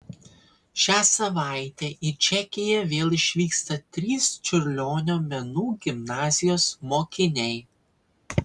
šią savaitę į čekiją vėl išvyksta trys čiurlionio menų gimnazijos mokiniai